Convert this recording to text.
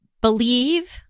believe